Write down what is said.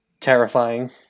Terrifying